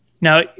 now